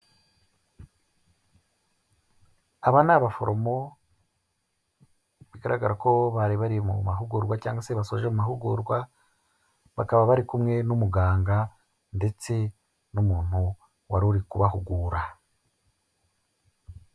Aba ni abaforomo bigaragara ko bo bari bari mu mahugurwa cyangwa se basoje amahugurwa, bakaba bari kumwe n'umuganga ndetse n'umuntu waruri kubahugura.